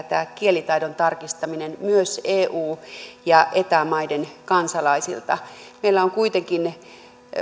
tämä kielitaidon tarkistaminen myös eu ja eta maiden kansalaisilta meillä on kuitenkin